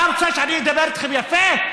אתה רוצה שאני אדבר איתכם יפה?